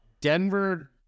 Denver